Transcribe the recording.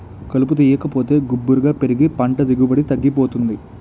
కలుపు తీయాకపోతే గుబురుగా పెరిగి పంట దిగుబడి తగ్గిపోతుంది